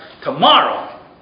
tomorrow